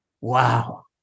Wow